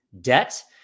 debt